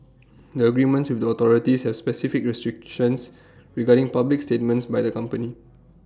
the agreements with the authorities has specific restrictions regarding public statements by the company